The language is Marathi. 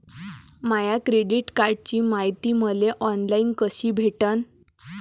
माया क्रेडिट कार्डची मायती मले ऑनलाईन कसी भेटन?